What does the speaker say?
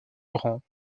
laurent